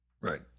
Right